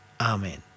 Amen